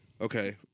Okay